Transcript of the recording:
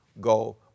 go